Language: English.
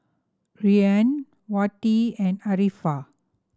Ryan Wati and Arifa